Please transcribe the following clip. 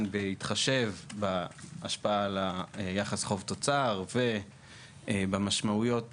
בהתחשב בהשפעה על יחס חוב-תוצר ובמשמעויות